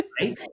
Right